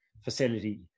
facility